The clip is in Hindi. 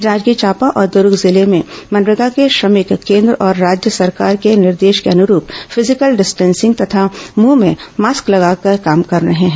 जांजगीर चांपा और दर्ग जिले में मनरेगा के श्रमिक केन्द्र और राज्य सरकार के निर्देश के अनुरूप फिजिकल डिस्टेंसिंग तथा मुंह में मास्क लगाकर काम कर रहे हैं